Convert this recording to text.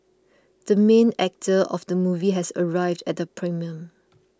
the main actor of the movie has arrived at the premiere